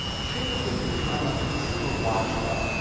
change has become a consumer watchdog,